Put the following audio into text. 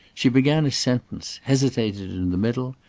she began a sentence, hesitated in the middle,